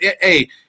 Hey